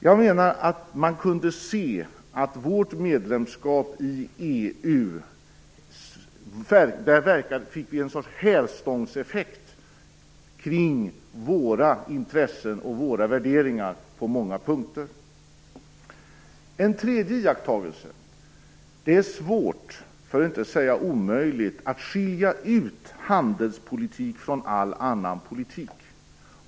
Jag menar att man kunde se att vi genom vårt medlemskap i EU fick en sorts hävstångseffekt när det gällde våra intressen och våra värderingar på många punkter. Ytterligare en iakttagelse är att det är svårt, för att inte säga omöjligt, att skilja ut handelspolitik från all annan politik.